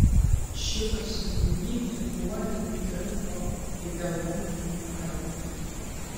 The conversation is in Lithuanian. ši pasiuntinybė uoliai dirbo ideologinį darbą